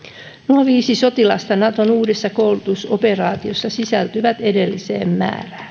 nuo viisi sotilasta naton uudessa koulutusoperaatiossa sisältyvät edelliseen määrään